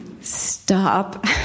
stop